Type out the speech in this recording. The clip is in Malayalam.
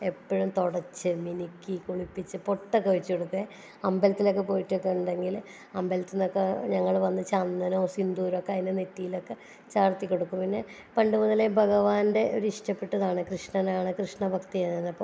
എപ്പോഴും തുടച്ച് മിനുക്കി കുളിപ്പിച്ച് പൊട്ടൊക്കെ വെച്ച് കൊടുക്കുവേ അമ്പലത്തിലക്കെ പോയിട്ടക്കെ ഉണ്ടെങ്കിൽ അമ്പലത്തിലക്കെ ഞങ്ങൾ വന്ന് ചന്ദനമോ സിന്ദൂരക്കെ അതിൻ്റെ നെറ്റീലക്കെ ചാർത്തി കൊടുക്കും പിന്നെ പണ്ട് മുതലേ ഭഗവാൻ്റെ ഒരിഷ്ടപ്പെട്ടതാണ് കൃഷ്ണനാണ് കൃഷ്ണ ഭക്ത അയിരുന്ന് അപ്പോൾ